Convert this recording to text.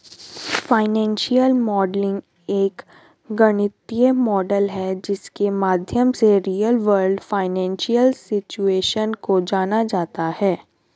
financial modelling एक गणितीय model है जिसके माध्यम से रियल वर्ल्ड फाइनेंशियल सिचुएशन को जाना जाता है